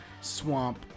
swamp